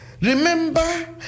Remember